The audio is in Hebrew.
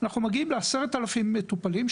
אנחנו מגיעים ל-10,000 מטופלים,